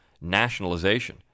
nationalization